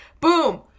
boom